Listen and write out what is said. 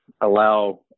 allow